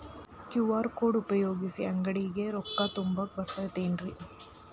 QR code ಉಪಯೋಗಿಸಿ, ಅಂಗಡಿಗೆ ರೊಕ್ಕಾ ತುಂಬಾಕ್ ಬರತೈತೇನ್ರೇ?